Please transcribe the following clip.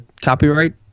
copyright